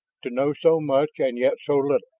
to know so much and yet so little!